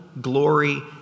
glory